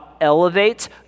elevates